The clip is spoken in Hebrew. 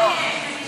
בקרוב.